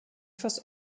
fast